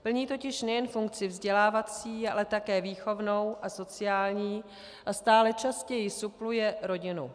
Plní totiž nejen funkci vzdělávací, ale také výchovnou a sociální a stále častěji supluje rodinu.